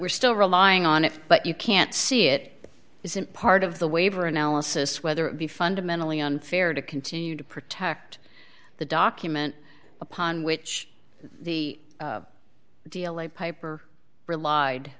we're still relying on it but you can't see it isn't part of the waiver analysis whether it be fundamentally unfair to continue to protect the document upon which the d l a piper relied